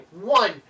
one